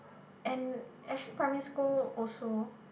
and actually primary school also